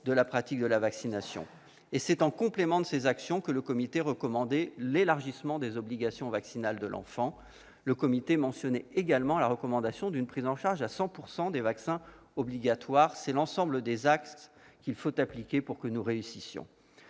de la pratique de la vaccination. C'est en complément de ces actions que le comité recommandait l'élargissement des obligations vaccinales de l'enfant. Il recommandait également la prise en charge à 100 % des vaccins obligatoires. C'est l'ensemble de ces axes qu'il faut appliquer pour réussir.